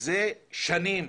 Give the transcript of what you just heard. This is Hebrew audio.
זה שנים,